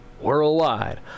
Worldwide